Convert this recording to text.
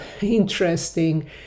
interesting